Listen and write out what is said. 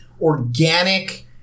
organic